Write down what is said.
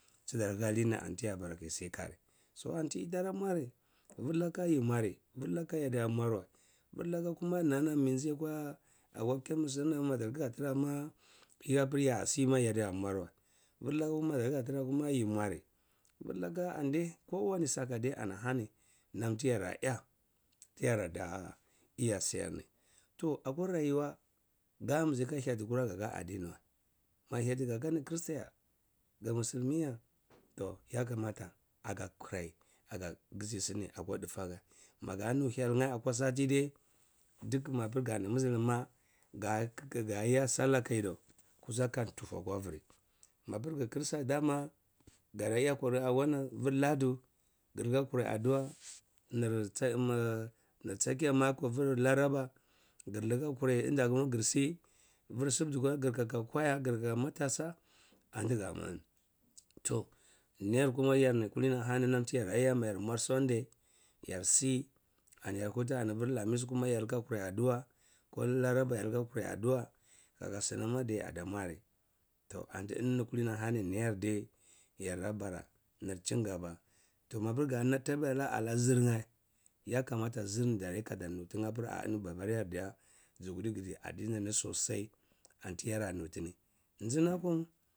Tidar tsali-ni ani ti ya bar aka yisikani so aniti terra murri, vir laka yi mwarri, virlaka kuma yi ta mwarri wa virlaka kuma nana miji akwa chemist kuna ma dar khgatira ma kihapir ya si mai yadiya murwa virlaka kuma ma dar khga tirra kuma yi mwarri vilaka annidai kowani saka de ana hani nam tiyara yah tiyarda iya saniyarni toh akwa jayuwa damizi aga hyiyati kura ka adiniwa. Ma ghyiyati gaka nir christian ya, ga musilmi ya toh yakama ta aga kurai aga ngizi sini akwa difaga maga nu lyelngeh akwa sati dai duk mapir ganir muselim ma, ga gaya sahah ka yidau, kusan ka tufu akwa vir, mapir gi christian dama koraka wanan ah ah vir latu glina kurai adu’a nir nir tsakiyan make vir laraba girliha karai nda girsi vir sudu kuma girkaka kwaya girkaka matasa antigaman toh niyar kuma kulini ahani nam tiyaraya ma yar mwar sunday yar si ani yar huta ani vir lamis kuma yar liha kurai adu’a, ko laraba kayar liha kurai adu’a kaka sinam adai mwarri toh anti kulinili niyar dai yarda bara chingaba toh mapir gala martabadai ana zirayeh, yakamata zirde kaza nutinyeh apir ah eni babar-yar diya ziguda ka ngizi adinimi sosai anti yara nutini.